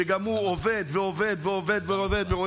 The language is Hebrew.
שגם הוא עובד ועובד ועובד ועובד,